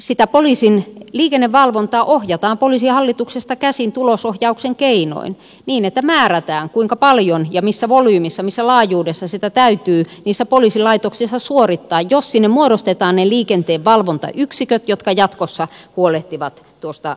sitä poliisin liikennevalvontaa ohjataan poliisihallituksesta käsin tulosohjauksen keinoin niin että määrätään kuinka paljon ja missä volyymissa missä laajuudessa sitä täytyy niissä poliisilaitoksissa suorittaa jos sinne muodostetaan ne liikenteenvalvontayksiköt jotka jatkossa huolehtivat tuosta liikenteenvalvonnasta